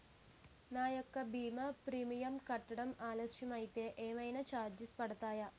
నా యెక్క భీమా ప్రీమియం కట్టడం ఆలస్యం అయితే ఏమైనా చార్జెస్ పడతాయా?